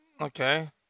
Okay